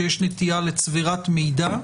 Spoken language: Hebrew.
שיש נטייה לצבירת מידע,